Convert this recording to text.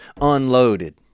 unloaded